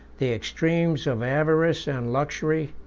the extremes of avarice and luxury,